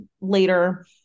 later